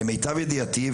למיטב ידיעתי,